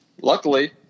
Luckily